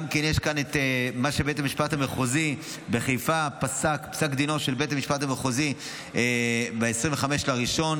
יש כאן גם את פסק דינו של בית המשפט המחוזי בחיפה ב-25 בינואר,